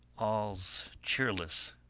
all's cheerless,